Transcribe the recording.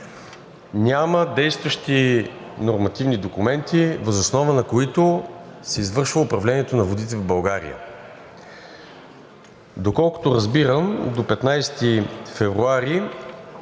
няма действащи нормативни документи, въз основа на които се извършва управлението на водите в България. Доколкото разбирам от